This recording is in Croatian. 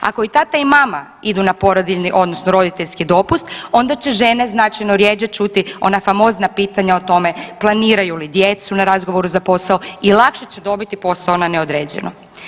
Ako i tata i mama idu na porodiljni odnosno roditeljski dopust onda će žene značajno rjeđe čuti ona famozna pitanja o tome planiraju li djecu na razgovoru za posao i lakše će dobiti posao na neodređeno.